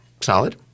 solid